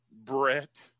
Brett